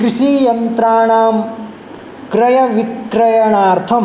कृषियन्त्राणां क्रय विक्रयणार्थम्